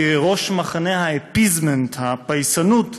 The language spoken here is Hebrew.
כראש מחנה ה-appeasement, הפייסנות,